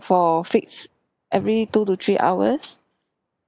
for feeds every two to three hours